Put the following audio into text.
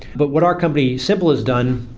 but what our company simple has done,